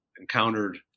encountered